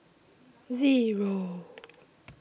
Zero